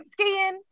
skiing